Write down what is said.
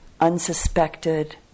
unsuspected